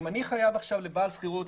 אם אני חייב עכשיו לבעל שכירות,